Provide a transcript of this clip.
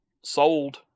sold